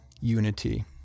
unity